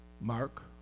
Mark